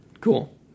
cool